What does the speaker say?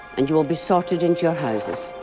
and you will be sorted into your houses